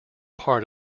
part